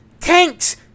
tanks